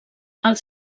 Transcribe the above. els